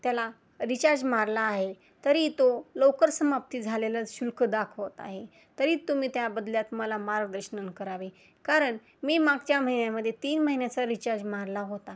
त्याला रिचार्ज मारला आहे तरी तो लवकर समाप्ती झालेला शुल्क दाखवत आहे तरी तुम्ही त्या बदल्यात मला मार्गदर्शन करावे कारण मी मागच्या महिन्यामध्ये तीन महिन्याचा रिचार्ज मारला होता